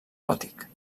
gòtic